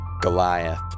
Goliath